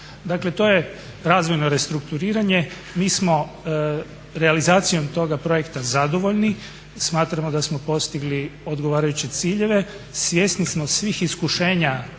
Dakle, to je razvojno restrukturiranje. Mi smo realizacijom toga projekta zadovoljni, smatramo da smo postigli odgovarajuće ciljeve, svjesnim smo svih iskušenja